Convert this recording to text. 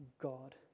God